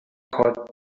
called